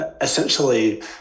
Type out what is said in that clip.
essentially